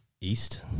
East